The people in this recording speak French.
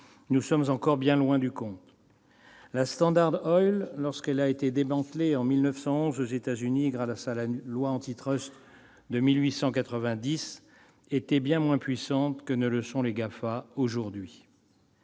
nous sommes encore bien loin du compte. La Standard Oil, lorsqu'elle a été démantelée en 1911 aux États-Unis grâce à la loi antitrust de 1890, était bien moins puissante que ne le sont les GAFA aujourd'hui.